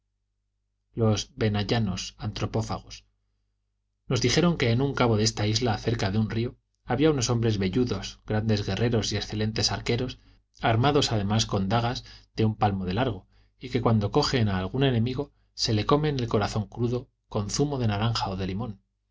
los benayanos antropófagos nos dijeron que en un cabo de esta isla cerca de un río había unos hombres velludos grandes guerreros y excelentes arqueros armados además con dagas de un palmo de largo y que cuando cogen a algún enemigo se le comen el corazón crudo con zumo de naranja o de limón